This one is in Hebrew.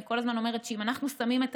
אני כל הזמן אומרת שאם אנחנו שמים את